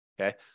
Okay